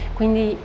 quindi